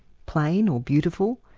plain or beautiful,